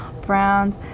Browns